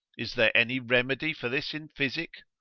is there any remedy for this in physic?